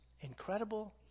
incredible